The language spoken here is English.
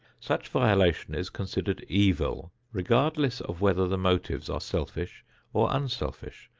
such violation is considered evil regardless of whether the motives are selfish or unselfish,